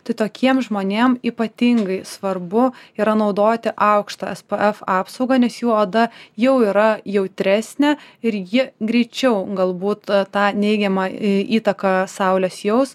tai tokiem žmonėm ypatingai svarbu yra naudoti aukštą es p ef apsaugą nes jų oda jau yra jautresnė ir ji greičiau galbūt tą neigiamą į įtaką saulės jaus